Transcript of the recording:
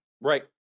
Right